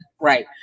right